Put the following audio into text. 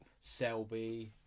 Selby